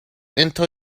into